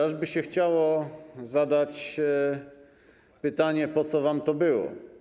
Aż by się chciało zadać pytanie: Po co wam to było?